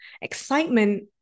Excitement